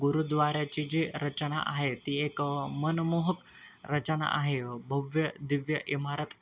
गुरुद्वाऱ्याची जी रचना आहे ती एक मनमोहक रचना आहे भव्य दिव्य इमारत